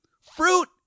Fruit